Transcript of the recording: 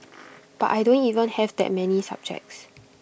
but I don't even have that many subjects